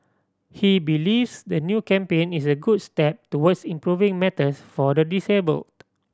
he believes the new campaign is a good step towards improving matters for the disabled